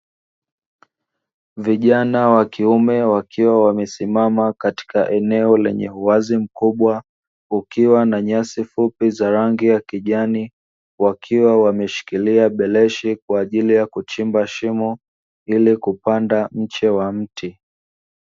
Vijana wa kiume wakiwa wamesimama katika eneo lenye uwazi mkubwa, ukiwa na nyasi fupi za rangi ya kijani wakiwa wameshikilia beleshi, kwa ajili ya kuchimba shimo ili kupanda mche wa mti.